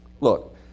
Look